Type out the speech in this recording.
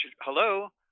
hello